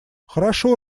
хорошо